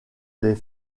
les